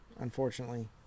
unfortunately